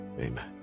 amen